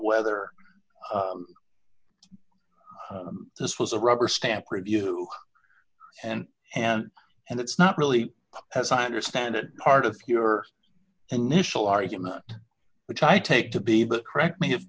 whether this was a rubber stamp review and and and it's not really as i understand it part of your initial argument which i take to be that correct me if